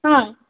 ꯍꯥ